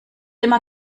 immer